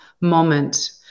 moment